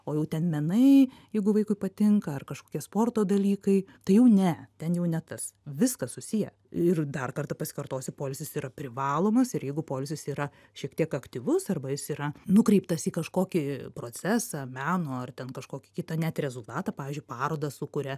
o jau ten menai jeigu vaikui patinka ar kažkokie sporto dalykai tai jau ne ten jau ne tas viskas susiję ir dar kartą pasikartosiu poilsis yra privalomas ir jeigu poilsis yra šiek tiek aktyvus arba jis yra nukreiptas į kažkokį procesą meno ar ten kažkokį kitą net rezultatą pavyzdžiui parodą sukuria